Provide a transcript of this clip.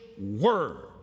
Word